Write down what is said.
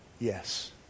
yes